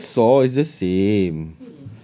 no I saw it's the same